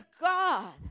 God